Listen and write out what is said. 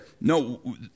no